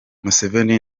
museveni